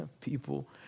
people